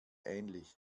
ähnlich